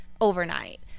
overnight